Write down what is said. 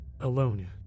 alone